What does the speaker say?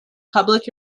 public